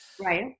Right